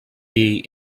dvd